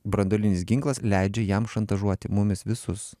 branduolinis ginklas leidžia jam šantažuoti mumis visus